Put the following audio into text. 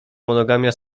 monogamia